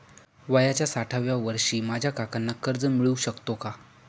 वयाच्या साठाव्या वर्षी माझ्या काकांना कर्ज मिळू शकतो का?